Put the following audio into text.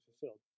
fulfilled